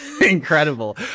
Incredible